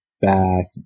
back